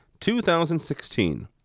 2016